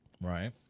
right